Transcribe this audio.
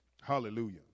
hallelujah